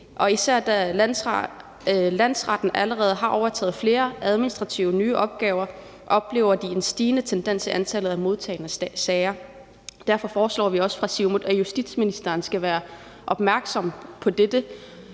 Da landsretten allerede har overtaget flere nye administrative opgaver, oplever de en stigende tendens i antallet af modtagne sager. Derfor foreslår vi også fra Siumuts side, at justitsministeren skal være opmærksom på dette